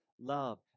love